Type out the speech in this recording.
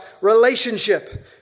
relationship